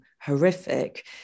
horrific